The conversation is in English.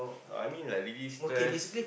no I mean like relieve stress